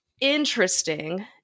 interesting